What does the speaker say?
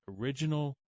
original